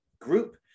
group